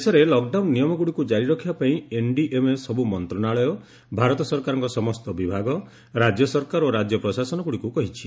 ଦେଶରେ ଲକ୍ଡାଉନ୍ ନିୟମଗୁଡ଼ିକୁ ଜାରି ରଖିବାପାଇଁ ଏନ୍ଡିଏମ୍ଏ ସବୁ ମନ୍ତ୍ରଣାଳୟ ଭାରତ ସରକାରଙ୍କ ସମସ୍ତ ବିଭାଗ ରାଜ୍ୟ ସରକାର ଓ ରାଜ୍ୟ ପ୍ରଶାସନଗୁଡ଼ିକୁ କହିଛି